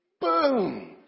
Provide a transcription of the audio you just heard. Boom